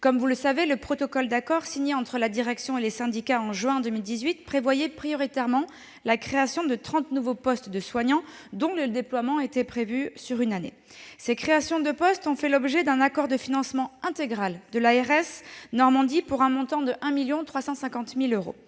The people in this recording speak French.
Comme vous le savez, le protocole d'accord signé entre la direction et les syndicats en juin 2018 prévoyait la création en priorité de trente nouveaux postes de soignants, dont le déploiement était prévu sur une année. La création de ces postes a fait l'objet d'un accord de financement intégral avec l'ARS Normandie pour un montant de 1,35 million d'euros.